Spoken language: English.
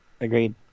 Agreed